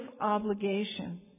obligation